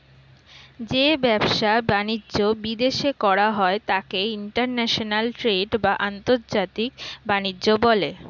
যে ব্যবসা বাণিজ্য বিদেশে করা হয় তাকে ইন্টারন্যাশনাল ট্রেড বা আন্তর্জাতিক বাণিজ্য বলে